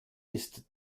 ist